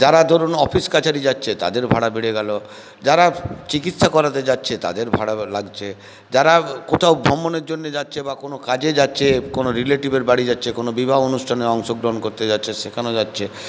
যারা ধরুন অফিস কাছারি যাচ্ছে তাদের ভাড়া বেড়ে গেল যারা চিকিৎসা করাতে যাচ্ছে তাদের ভাড়া লাগছে যারা কোথাও ভ্রমণের জন্যে যাচ্ছে বা কোন কাজে যাচ্ছে কোনো রিলেটিভের বাড়ি যাচ্ছে কোনো বিবাহ অনুষ্ঠানে অংশগ্রহণ করতে যাচ্ছে সেখানে যাচ্ছে